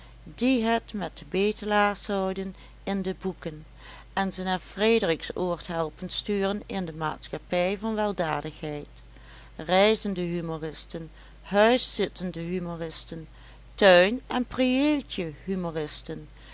die het met de bedelaars houden in de boeken en ze naar frederiksoord helpen sturen in de maatschappij van weldadigheid reizende humoristen huiszittende humoristen tuin en prieeltje humoristen